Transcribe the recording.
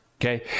Okay